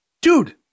Dude